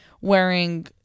wearing